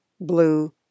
blue